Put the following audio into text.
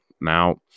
now